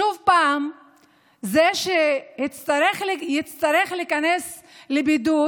שוב, זה שיצטרך להיכנס לבידוד